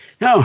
No